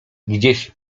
gdzieś